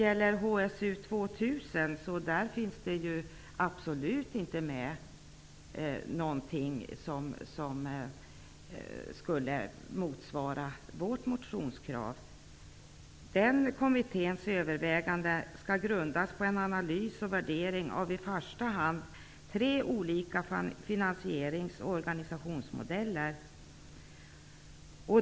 I HSU 2000 finns absolut ingenting som motsvarar vårt motionskrav. Den kommitténs överväganden skall grundas på analys och värdering av i första hand tre olika finansierings och organisationsmodeller.